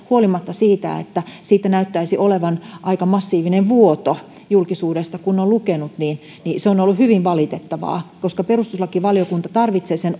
huolimatta siitä että siitä näyttäisi olevan aika massiivinen vuoto kun julkisuudesta on lukenut niin niin se on ollut hyvin valitettavaa koska perustuslakivaliokunta tarvitsee sen